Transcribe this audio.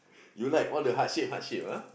you like all the heart shape heart shape ah